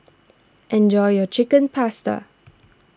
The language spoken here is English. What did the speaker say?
enjoy your Chicken Pasta